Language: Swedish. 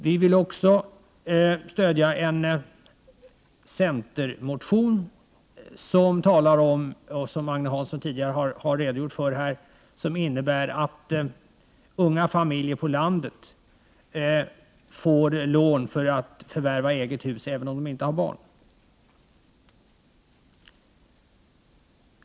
Vi vill också stödja en centermotion, som Agne Hansson tidigare har redogjort för, som innebär att unga familjer på landet får lån för att förvärva eget hus även om de inte har barn.